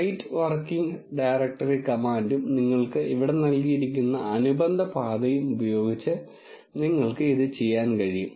set working directory കമാൻഡും നിങ്ങൾക്ക് ഇവിടെ നൽകിയിരിക്കുന്ന അനുബന്ധ പാതയും ഉപയോഗിച്ച് നിങ്ങൾക്ക് ഇത് ചെയ്യാൻ കഴിയും